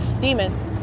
demons